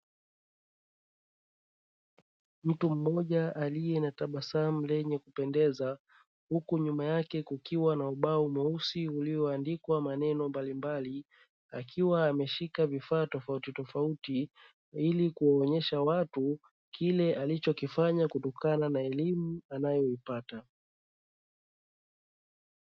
Mtu mmoja aliye na tabasamu lenye kupendeza huku nyuma yake kukiwa na ubao mweusi ulioandikwa maneno mbalimbali, akiwa ameshika vifaa tofauti tofauti ili kuwaonyesha watu kile anachokifanya kutokana na elimu anayoipata.